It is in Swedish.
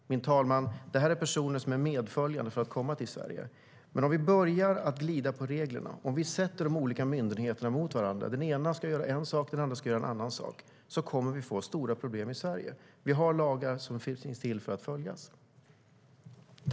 Min talman, det här är personer som är medföljande för att komma till Sverige. Men om vi börjar glida på reglerna, om vi sätter de olika myndigheterna emot varandra så att den ena ska göra en sak och den andra ska göra en annan sak, kommer vi att få stora problem i Sverige. Vi har lagar som finns till för att följas.